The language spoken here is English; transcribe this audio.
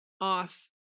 off